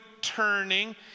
turning